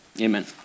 amen